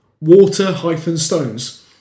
Water-Stones